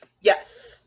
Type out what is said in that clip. Yes